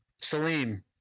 Salim